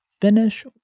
finish